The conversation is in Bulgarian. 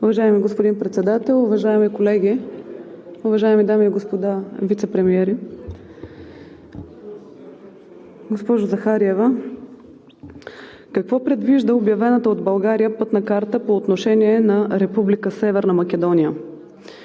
Уважаеми господин Председател, уважаеми колеги, уважаеми дами и господа вицепремиери! Госпожо Захариева, какво предвижда обявената от България пътна карта по отношение на Република